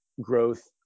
growth